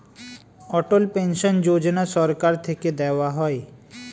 অটল pension Yojana সরকার থেকে দেওয়া হয়